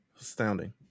Astounding